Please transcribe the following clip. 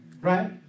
Right